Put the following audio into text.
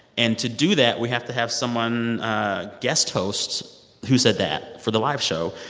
and to do that, we have to have someone guest host who said that for the live show.